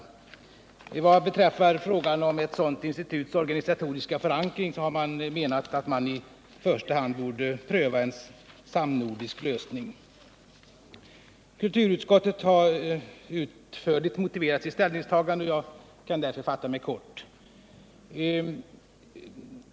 46 Vad beträffar frågan om ett sådant instituts organisatoriska förankring har man menat att man i första hand borde pröva en samnordisk lösning. Nr 49 Kulturutskottet har utförligt motiverat sitt ställningstagande, och jag kan därför fatta mig kort.